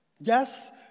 Yes